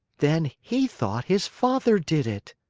then he thought his father did it!